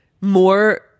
More